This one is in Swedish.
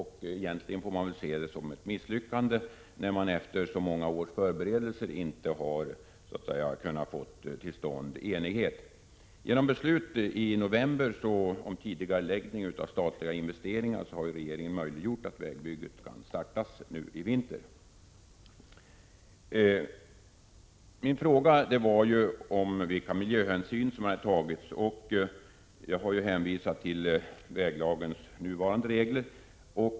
Egentligen får det väl ses som ett misslyckande, när man efter så många års förberedelser inte har kunnat få till stånd enighet. I november beslutades om tidigareläggning av statliga investeringar, och på så sätt har regeringen möjliggjort att vägbygget kan startas denna vinter. Jag har frågat vilka miljöhänsyn som har tagits, och jag har hänvisat till väglagens nuvarande regler.